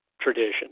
tradition